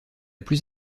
plus